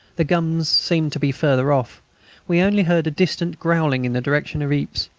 the guns seemed to be further off we only heard a distant growling in the direction of ypres.